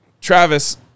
Travis